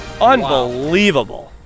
Unbelievable